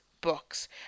books